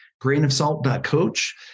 Grainofsalt.coach